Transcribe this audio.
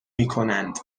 میکنند